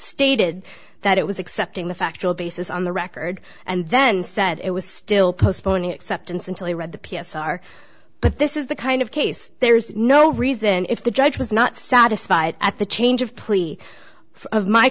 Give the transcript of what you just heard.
stated that it was accepting the factual basis on the record and then said it was still postponing acceptance until he read the p s r but this is the kind of case there is no reason if the judge was not satisfied at the change of